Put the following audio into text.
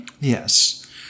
Yes